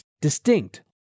distinct